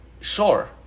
Sure